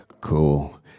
Cool